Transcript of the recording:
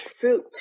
fruit